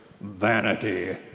vanity